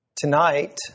Tonight